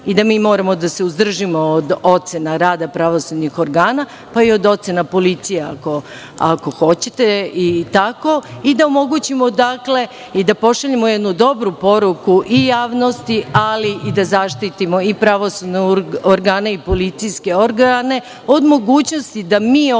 i da mi moramo da se suzdržimo od ocena rada pravosudnih organa, pa i od ocena policije, ako hoćete i tako. Dakle, da omogućimo i da pošaljemo jednu dobru poruku i javnosti, ali i da zaštitimo pravosudne organe i policijske organe od mogućnosti da mi ovde budemo